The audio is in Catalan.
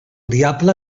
diable